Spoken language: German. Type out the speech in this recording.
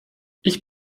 ich